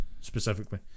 specifically